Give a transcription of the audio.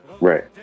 Right